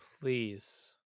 Please